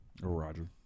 Roger